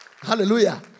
hallelujah